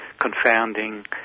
confounding